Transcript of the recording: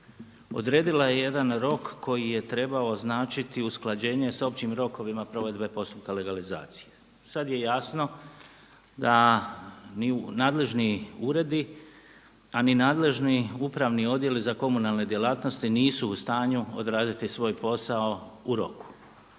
odredila je jedan rok koji je trebao označiti usklađenje sa općim rokovima provedbe postupka legalizacije. Sada je jasno da ni nadležni uredi, a ni nadležni upravni odjeli za komunalne djelatnosti nisu u stanju odraditi svoj posao u roku.